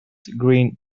green